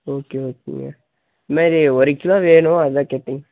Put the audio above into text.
okay ஓகேங்க இதுமாரி ஒரு கிலோ வேணும் அதுதான் கேட்டேங்க